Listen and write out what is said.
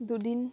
দুদিন